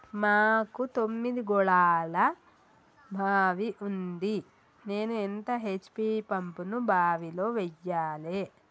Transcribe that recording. మాకు తొమ్మిది గోళాల బావి ఉంది నేను ఎంత హెచ్.పి పంపును బావిలో వెయ్యాలే?